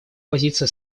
позиция